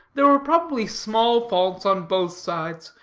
there were probably small faults on both sides,